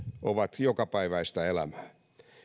ovat jokapäiväistä elämää